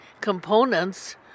components